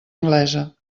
anglesa